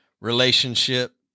relationship